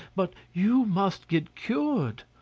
but you must get cured.